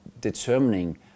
determining